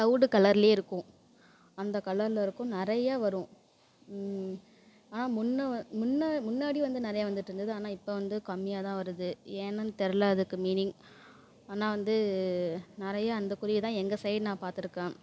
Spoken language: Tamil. தவிடு கலரில் இருக்கும் அந்த கலரில் இருக்கும் நிறையா வரும் ஆனால் முன்ன வ முன்ன முன்னாடி வந்து நிறையா வந்துட்டுருந்துது ஆனால் இப்போ வந்து கம்மியாக தான் வருது ஏன்னு தெரியல அதுக்கு மீனிங் ஆனால் வந்து நிறையா அந்த குருவி தான் எங்கள் சைட் நான் பார்த்துருக்கேன்